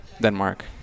denmark